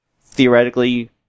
theoretically